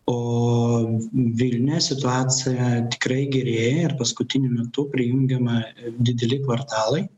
o vilniuje situacija tikrai gerėja ir paskutiniu metu prijungiama dideli kvartalai